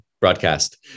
broadcast